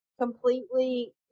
completely